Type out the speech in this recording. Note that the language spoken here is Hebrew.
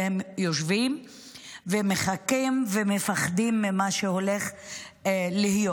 והם יושבים ומחכים ומפחדים ממה שהולך להיות.